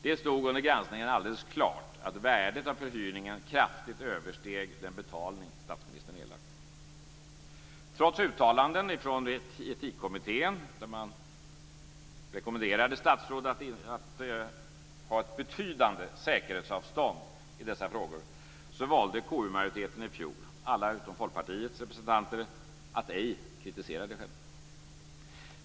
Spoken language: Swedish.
Det stod under granskningen alldeles klart att värdet av förhyrningen kraftigt översteg den betalning som statsministern erlagt. Trots uttalanden från Etikkommittén, där man rekommenderade statsråd att ha ett betydande säkerhetsavstånd i dessa frågor, valde KU-majoriteten i fjol - alla utom Folkpartiets representanter - att ej kritisera det skedda.